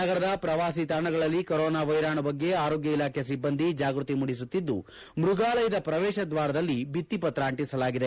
ನಗರದ ಪ್ರವಾಸಿ ತಾಣಗಳಲ್ಲಿ ಕೊರೊನಾ ವೈರಾಣು ಬಗ್ಗೆ ಆರೋಗ್ಯ ಇಲಾಖೆ ಸಿಬ್ಬಂದಿ ಜಾಗೃತಿ ಮೂದಿಸುತ್ತಿದ್ದು ಮೃಗಾಲಯದ ಪ್ರವೇಶ ದ್ವಾರದಲ್ಲಿ ಭಿತ್ತಿಪತ್ರ ಅಂಟಿಸಲಾಗಿದೆ